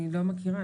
אני לא מכירה,